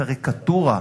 קריקטורה.